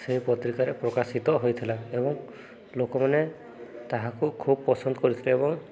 ସେହି ପତ୍ରିକାରେ ପ୍ରକାଶିତ ହୋଇଥିଲା ଏବଂ ଲୋକମାନେ ତାହାକୁ ଖୁବ ପସନ୍ଦ କରିଥିଲେ ଏବଂ